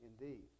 indeed